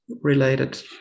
related